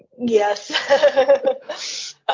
yes